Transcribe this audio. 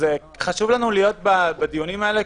חשוב לנו להיות בדיונים האלה,